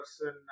person